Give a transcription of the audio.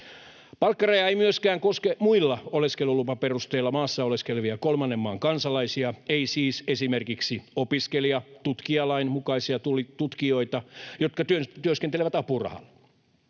Palkkaraja ei myöskään koske muilla oleskelulupaperusteilla maassa oleskelevia kolmannen maan kansalaisia, ei siis esimerkiksi opiskelija-tutkijalain mukaisia tutkijoita, jotka työskentelevät apurahalla.